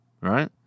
right